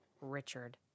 Richard